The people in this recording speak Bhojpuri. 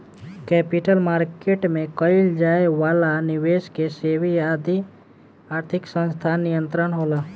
कैपिटल मार्केट में कईल जाए वाला निबेस के सेबी आदि आर्थिक संस्थान नियंत्रित होला